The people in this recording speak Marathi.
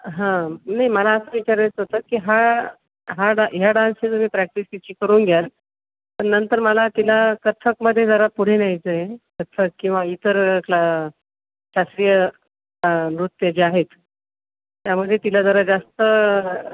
हां नाही मला असं विचारायचं होतं की हा हा डान ह्या डान्सची तुम्ही प्रॅक्टिस तिची करून घ्याल पण नंतर मला तिला कथ्थकमध्ये जरा पुढे न्यायचं आहे कथ्थक किंवा इतर क्ला शास्त्रीय नृत्य जे आहेत त्यामध्ये तिला जरा जास्त